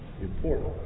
important